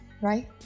right